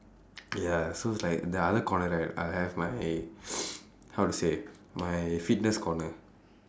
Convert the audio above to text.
ya so it's like the other corner right I'll have my how to say my fitness corner